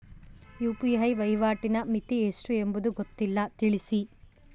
UPI ವಹಿವಾಟಿನ ಮಿತಿ ಎಷ್ಟು ಎಂಬುದು ಗೊತ್ತಿಲ್ಲ? ತಿಳಿಸಿ?